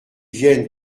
vienne